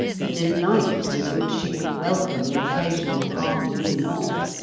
the delight with which she would welcome an occasional afternoon off.